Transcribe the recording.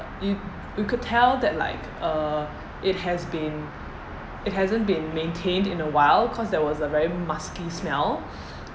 you we could tell that like uh it has beenit hasn't been maintained in a while cause there was a very musky smell